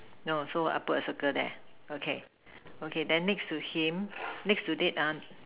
no so I put a circle there okay okay then next to him next to it ah